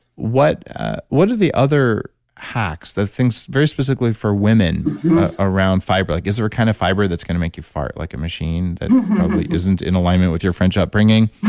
what what are the other hacks, the things very specifically for women around fiber? like is there a kind of fiber that's going to make you fart like a machine that probably isn't in alignment with your french upbringing?